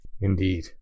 Indeed